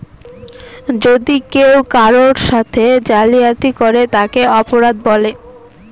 যদি কেউ কারোর সাথে জালিয়াতি করে তাকে অপরাধ বলে